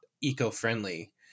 eco-friendly